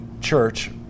church